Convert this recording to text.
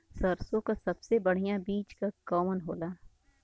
सरसों क सबसे बढ़िया बिज के कवन होला?